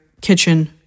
kitchen